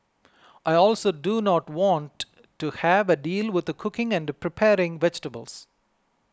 I also do not want to have a deal with cooking and preparing vegetables